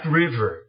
river